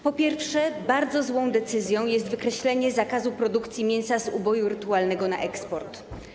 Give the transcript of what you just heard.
Po pierwsze, bardzo złą decyzją jest wykreślenie zakazu produkcji mięsa z uboju rytualnego na eksport.